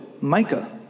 Micah